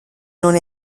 non